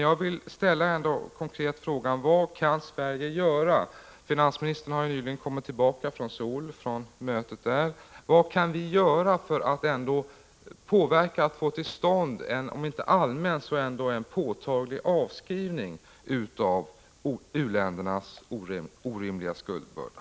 Jag vill ställa en konkret fråga: Vad kan Sverige göra — finansministern har nyss kommit tillbaka från mötet i Söul — för att få till stånd om inte en allmän så ändå en påtaglig avskrivning av u-ländernas orimliga skuldbörda?